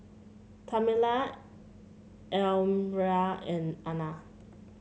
Tamela Elmyra and Ana